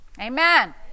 Amen